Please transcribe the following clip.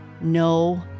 no